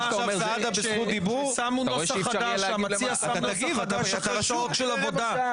המציע שם נוסח חדש אחרי שעות של עבודה,